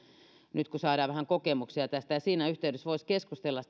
nyt kun saadaan vähän kokemuksia tästä ja siinä yhteydessä voisi keskustella